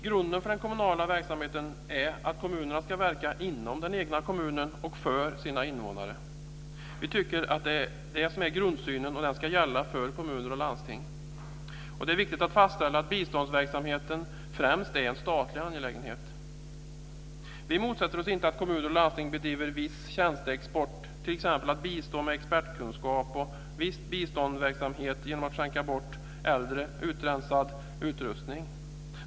Grunden för den kommunala verksamheten är att kommunen ska verka inom den egna kommunen och för sina invånare. Vi tycker att det är den grundsynen som ska gälla för kommuner och landsting. Det är viktigt att fastställa att biståndsverksamheten främst är en statlig angelägenhet. Vi motsätter oss inte att kommuner och landsting bedriver en viss tjänsteexport, t.ex. att bistå med expertkunskap och viss biståndsverksamhet genom att skänka bort äldre utrensad utrustning.